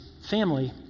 family